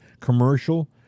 commercial